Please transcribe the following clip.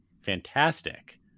Fantastic